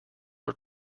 are